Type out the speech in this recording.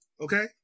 Okay